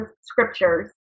scriptures